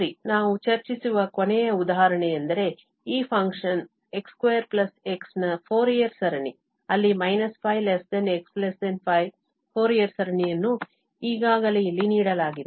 ಸರಿ ನಾವು ಚರ್ಚಿಸುವ ಕೊನೆಯ ಉದಾಹರಣೆಯೆಂದರೆ ಈ ಫಂಕ್ಷನ್ x2 x ನ ಫೋರಿಯರ್ ಸರಣಿ ಅಲ್ಲಿ − π x π ಫೋರಿಯರ್ ಸರಣಿಯನ್ನು ಈಗಾಗಲೇ ಇಲ್ಲಿ ನೀಡಲಾಗಿದೆ